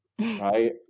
right